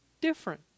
different